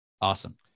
awesome